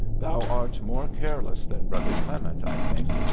thou art more careless than brother clement, i think,